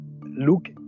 look